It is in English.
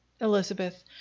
elizabeth